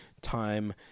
time